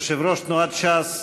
יושב-ראש תנועת ש"ס,